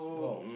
!wow!